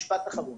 משפט אחרון,